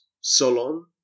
Solon